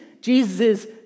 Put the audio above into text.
Jesus